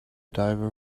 diver